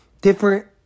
different